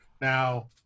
now